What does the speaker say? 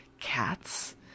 Cats